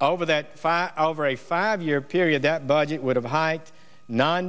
over that five out over a five year period that budget would have hiked non